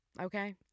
Okay